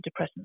antidepressants